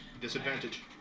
Disadvantage